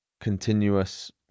continuous